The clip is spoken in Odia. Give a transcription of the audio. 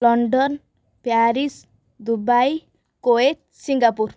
London Paris Dubai Kuwait Singapore